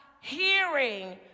hearing